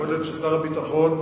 יכול להיות ששר הביטחון,